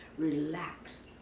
relax,